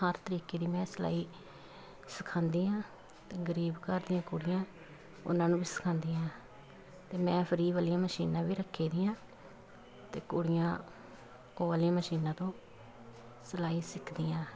ਹਰ ਤਰੀਕੇ ਦੀ ਮੈਂ ਸਿਲਾਈ ਸਿਖਾਉਂਦੀ ਹਾਂ ਗਰੀਬ ਘਰ ਦੀਆਂ ਕੁੜੀਆਂ ਉਹਨਾਂ ਨੂੰ ਵੀ ਸਿਖਾਉਂਦੀ ਹਾਂ ਅਤੇ ਮੈਂ ਫਰੀ ਵਾਲੀਆਂ ਮਸ਼ੀਨਾਂ ਵੀ ਰੱਖੀ ਦੀਆਂ ਅਤੇ ਕੁੜੀਆਂ ਕੋਲ ਹੀ ਮਸ਼ੀਨਾਂ ਤੋਂ ਸਿਲਾਈ ਸਿੱਖਦੀਆਂ